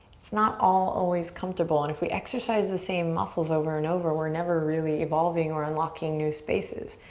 it's not all always comfortable and if we exercise the same muscles over and over, we're never really evolving or unlocking new spaces.